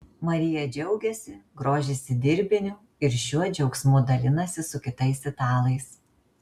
marija džiaugiasi grožisi dirbiniu ir šiuo džiaugsmu dalinasi su kitais italais